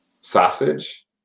sausage